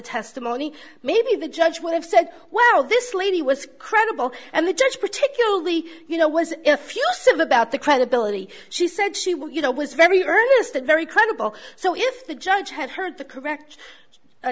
testimony maybe the judge would have said wow this lady was credible and the judge particularly you know was if you of about the credibility she said she well you know was very earnest and very credible so if the judge had heard the correct